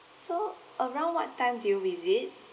so around what time do you visit